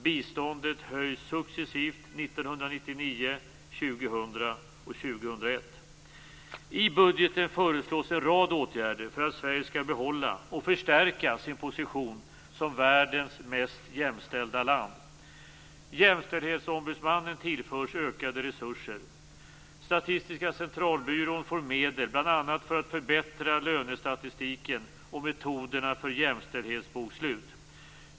Biståndet höjs successivt 1999, 2000 och I budgeten föreslås en rad åtgärder för att Sverige skall behålla och förstärka sin position som världens mest jämställda land. Jämställdhetsombudsmannen tillförs ökade resurser. Statistiska Centralbyrån får medel bl.a. för att förbättra lönestatistiken och metoderna för jämställdhetsbokslut.